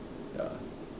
ya